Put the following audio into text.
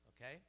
okay